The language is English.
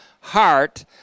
heart